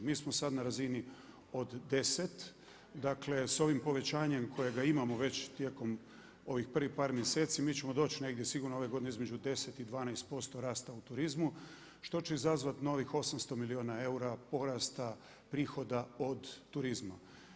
Mi smo sada na razini od 10, dakle s ovim povećanjem kojega imamo već tijekom ovih prvih par mjeseci mi ćemo doći negdje sigurno ove godine između 10 i 12% rasta u turizmu što će izazvati novih 800 milijuna eura porasta prihoda od turizma.